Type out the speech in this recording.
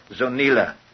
Zonila